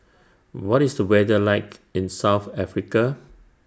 What IS The weather like in South Africa